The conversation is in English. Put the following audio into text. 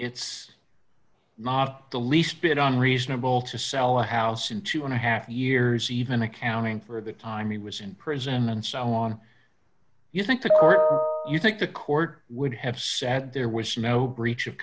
it's not the least bit on reasonable to sell a house in two and a half years even accounting for the time he was in prison and so on you think that you think the court would have sat there was no breach of